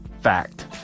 Fact